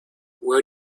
where